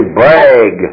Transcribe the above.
brag